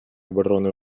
оборони